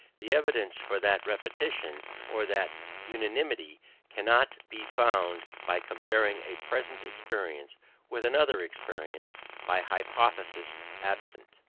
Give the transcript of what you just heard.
the evidence for that repetition or that unanimity cannot be found by comparing a present experience with another experience by hypothesis absent.